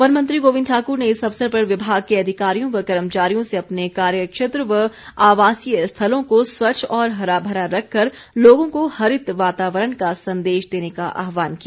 one मंत्री गोविंद ठाकुर ने इस अवसर पर विभाग के अधिकारियों व कर्मचारियों से अपने कार्य क्षेत्र व आवासीय स्थलों को स्वच्छ और हराभरा रखकर लोगों को हरित वातावरण का संदेश देने का आहवान किया